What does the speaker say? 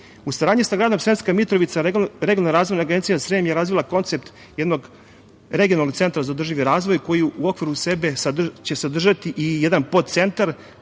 saradnji sa gradom Sremska Mitrovica Regionalna razvojna agencije Srem je razvila koncept jednog regionalnog centra za održivi razvoj, koji će u okviru sebe sadržati i jedan podcentar.